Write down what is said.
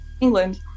England